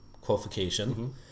qualification